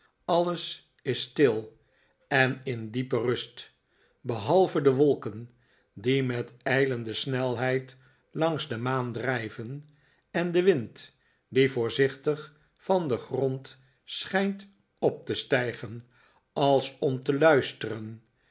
alles is stil en in diepe rust behalve de wolken die met ijlende snelheid langs de maan drijven en de wind die voorzichtig van den grond schijnt op te stijgen als om te luisteren